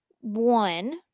One